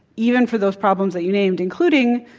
even for those problems that you named, including,